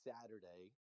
Saturday